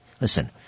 listen